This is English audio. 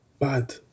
bad